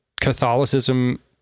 Catholicism